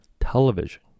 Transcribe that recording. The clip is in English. television